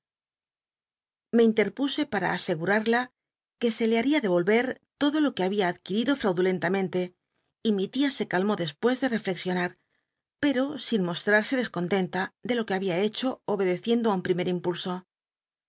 in terpuse para ascgural'la que se le haria devolver todo lo que babia adquirido fraudulentamente y mi tia se calmó dcspues de reflexionar pero sin mostrarse descontenta de lo que babia hecho obedeciendo i un primcr impulso